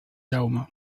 jaume